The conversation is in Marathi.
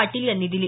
पाटील यांनी दिली